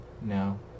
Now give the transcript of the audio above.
No